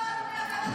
לא, לא, לא, אדוני.